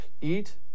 eat